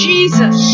Jesus